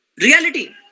Reality